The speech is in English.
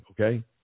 okay